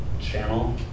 channel